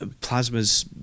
Plasma's